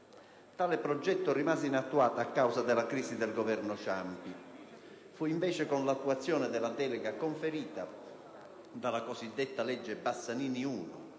tale progetto rimase inattuato a causa della crisi del Governo Ciampi. Fu invece con l'attuazione della delega conferita dalla cosiddetta legge Bassanini 1,